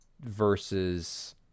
versus